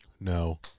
No